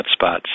hotspots